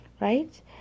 right